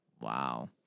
Wow